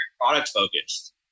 product-focused